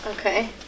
Okay